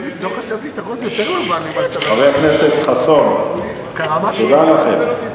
חבר הכנסת חסון, תודה לכם.